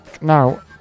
now